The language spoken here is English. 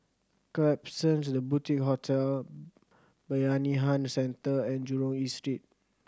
Klapsons The Boutique Hotel Bayanihan Centre and Jurong East Street